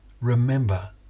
remember